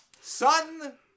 son